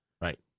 Right